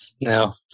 No